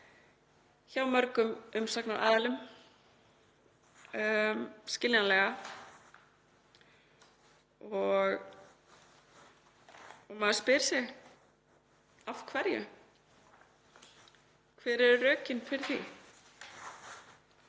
hjá mörgum umsagnaraðilum, skiljanlega, og maður spyr sig: Af hverju? Hver eru rökin fyrir því?